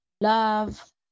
Love